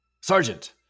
Sergeant